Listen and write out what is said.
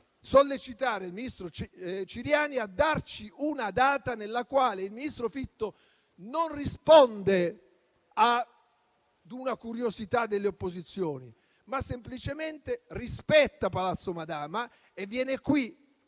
sollecitare il ministro Ciriani a darci una data in cui il ministro Fitto, non certo non rispondeva a una curiosità delle opposizioni, ma semplicemente rispetta Palazzo Madama, viene qui,